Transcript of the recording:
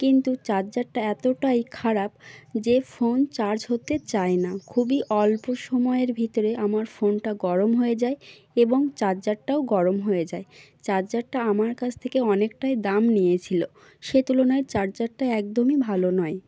কিন্তু চার্জারটা এতোটাই খারাপ যে ফোন চার্জ হতে চায় না খুবই অল্প সময়ের ভিতরে আমার ফোনটা গরম হয়ে যায় এবং চার্জারটাও গরম হয়ে যায় চার্জারটা আমার কাছ থেকে অনেকটাই দাম নিয়েছিল সে তুলনায় চার্জারটা একদমই ভালো নয়